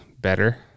better